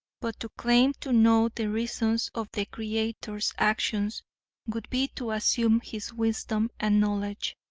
but to claim to know the reasons of the creator's actions would be to assume his wisdom and knowledge.